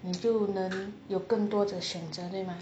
你就能有更多的选择的吗